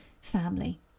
family